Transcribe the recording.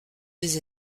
des